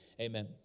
amen